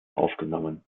aufgenommen